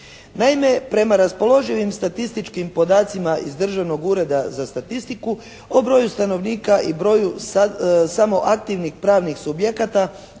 Naime prema raspoloživim statističkim podacima iz Državnog ureda za statistiku po broju stanovnika i broju samoaktivnih pravnih subjekata